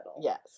Yes